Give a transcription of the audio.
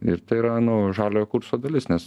ir tai yra nu žaliojo kurso dalis nes